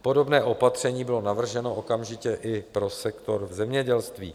Podobné opatření bylo navrženo okamžitě i pro sektor zemědělství.